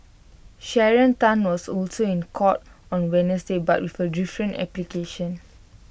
Sharon Tan was also in court on Wednesday but with A different application